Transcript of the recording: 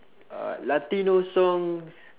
uh latino songs